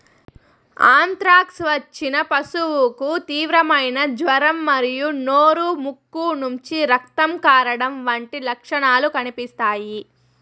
anthrax వచ్చిన పశువుకు తీవ్రమైన జ్వరం మరియు నోరు, ముక్కు నుంచి రక్తం కారడం వంటి లక్షణాలు కనిపిస్తాయి